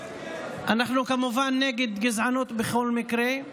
אנחנו כמובן נגד גזענות בכל מקרה.